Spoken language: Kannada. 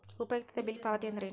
ಉಪಯುಕ್ತತೆ ಬಿಲ್ ಪಾವತಿ ಅಂದ್ರೇನು?